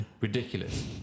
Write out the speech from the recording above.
ridiculous